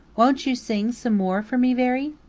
won't you sing some more for me, veery?